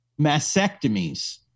mastectomies